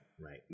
Right